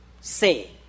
say